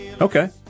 Okay